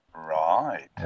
Right